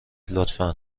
لطفا